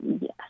yes